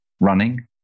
running